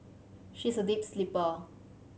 she is a deep sleeper